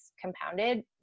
compounded